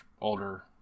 older